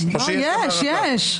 יש, יש.